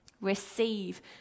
Receive